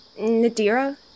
Nadira